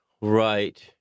Right